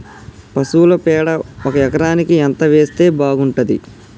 పశువుల పేడ ఒక ఎకరానికి ఎంత వేస్తే బాగుంటది?